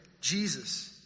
Jesus